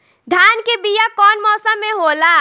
धान के बीया कौन मौसम में होला?